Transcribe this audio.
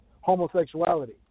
homosexuality